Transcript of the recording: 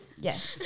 yes